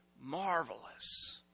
marvelous